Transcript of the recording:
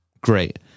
Great